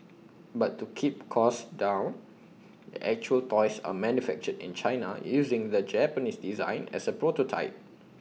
but to keep costs down the actual toys are manufactured in China using the Japanese design as A prototype